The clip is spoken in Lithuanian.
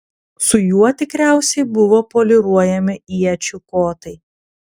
su juo tikriausiai buvo poliruojami iečių kotai